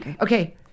okay